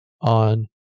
on